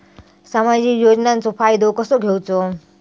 सामाजिक योजनांचो फायदो कसो घेवचो?